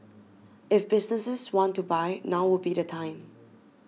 if businesses want to buy now would be the time